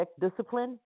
discipline